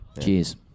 cheers